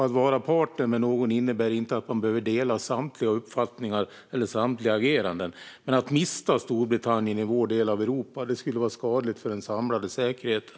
Att vara partner med någon innebär inte att man behöver dela samtliga uppfattningar eller samtliga ageranden. Men att mista Storbritannien i vår del av Europa skulle vara skadligt för den samlade säkerheten.